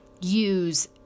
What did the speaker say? use